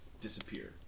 disappear